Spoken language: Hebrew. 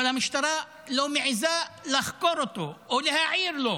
אבל המשטרה לא מעיזה לחקור אותו או להעיר לו,